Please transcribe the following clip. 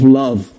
love